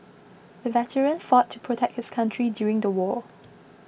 the veteran fought to protect his country during the war